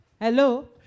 Hello